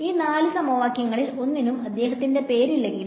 ഈ 4 സമവാക്യങ്ങളിൽ ഒന്നിനും അദ്ദേഹത്തിന്റെ പേരില്ലെങ്കിലും